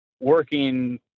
working